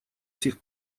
сих